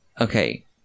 Okay